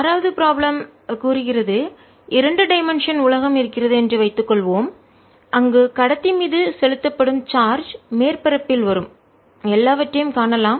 6 வது ப்ராப்ளம் கூறுகிறது இரண்டு டைமென்ஷன் இரு பரிமாண உலகம் இருக்கிறது என்று வைத்துக்கொள்வோம் அங்கு கடத்தி மீது செலுத்தப்படும் சார்ஜ் மேற்பரப்பில் வரும் எல்லாவற்றையும் காணலாம்